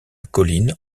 colline